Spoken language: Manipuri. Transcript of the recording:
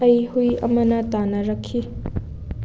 ꯑꯩ ꯍꯨꯏ ꯑꯃꯅ ꯇꯥꯟꯅꯔꯛꯈꯤ